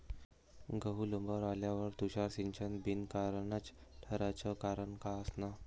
गहू लोम्बावर आल्यावर तुषार सिंचन बिनकामाचं ठराचं कारन का असन?